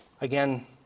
again